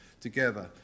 together